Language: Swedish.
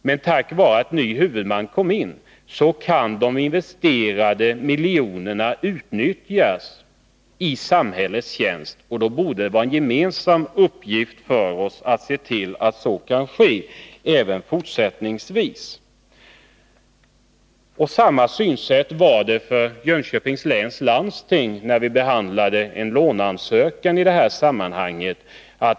Men tack vare att en ny huvudman övertog skolan kan de investerade miljonerna utnyttjas i samhällets tjänst. Då borde det vara en gemensam uppgift för oss att se till att så kan ske även i fortsättningen. Samma synsätt hade Jönköpings läns landsting när vi behandlade låneansökan i detta sammanhang.